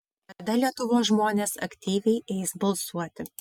tada lietuvos žmonės aktyviai eis balsuoti